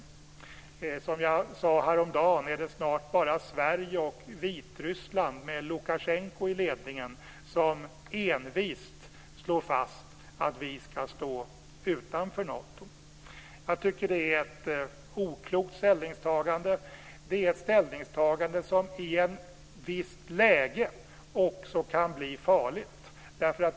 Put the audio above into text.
Det är - som jag sade häromdagen - snart bara Sverige och Vitryssland, med Lukasjenko i ledningen, som envist slår fast att vi ska stå utanför Nato. Det är ett oklokt ställningstagande. Det är ett ställningstagande som i ett visst läge också kan bli farligt.